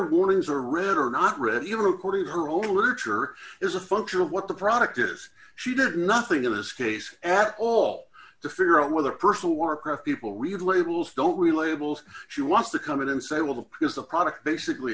warnings are read or not read even according to her overture is a function of what the product is she did nothing in this case at all to figure out whether personal watercraft people read labels don't we labels she wants to come in and say well the prius the product basically